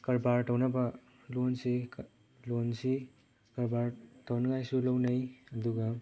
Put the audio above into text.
ꯀꯔꯕꯥꯔ ꯇꯧꯅꯕ ꯂꯣꯟꯁꯤ ꯀꯔꯕꯥꯔ ꯇꯧꯅꯤꯡꯉꯥꯏꯁꯨ ꯂꯧꯅꯩ ꯑꯗꯨꯒ